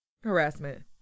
harassment